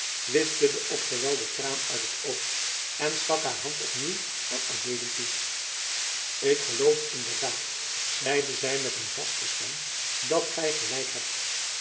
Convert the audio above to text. wischte den opgewelden traan uit het oog en stak haar hand opnieuw aan adeelen toe ik geloof inderdaad zeide zij met een vaste stem dat gij gelijk hebt